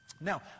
Now